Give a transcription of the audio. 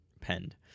penned